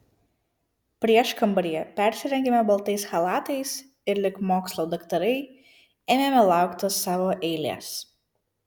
prieškambaryje persirengėme baltais chalatais ir lyg mokslo daktarai ėmėme laukti savo eilės